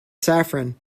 saffron